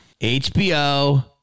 HBO